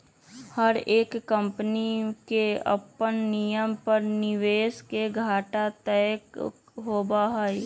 हर एक कम्पनी के अपन नियम पर निवेश के घाटा तय होबा हई